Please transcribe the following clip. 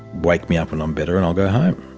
wake me up when i'm better and i'll go home.